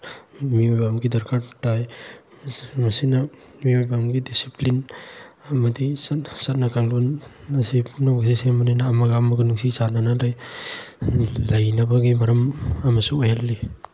ꯃꯤꯑꯣꯏꯕ ꯑꯃꯒꯤ ꯗꯔꯀꯥꯔ ꯇꯥꯏ ꯃꯁꯤꯅ ꯃꯤꯑꯣꯏꯕ ꯑꯝꯒꯤ ꯗꯤꯁꯤꯄ꯭ꯂꯤꯟ ꯑꯃꯗꯤ ꯆꯠꯅ ꯀꯥꯡꯂꯣꯟ ꯑꯁꯤ ꯄꯨꯝꯅꯃꯛꯁꯦ ꯁꯦꯝꯕꯅꯤꯅ ꯑꯃꯒ ꯑꯃꯒ ꯅꯨꯡꯁꯤ ꯆꯥꯟꯅꯅ ꯂꯩ ꯂꯩꯅꯕꯒꯤ ꯃꯔꯝ ꯑꯃꯁꯨ ꯑꯣꯏꯍꯜꯂꯤ